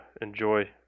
enjoy